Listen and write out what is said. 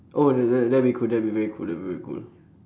oh that that that'll be cool that'd be very cool that'll be very cool